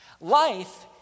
life